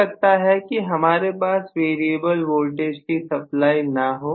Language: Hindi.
हो सकता है कि हमारे पास वेरिएबल वोल्टेज की सप्लाई ना हो